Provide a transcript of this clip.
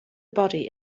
body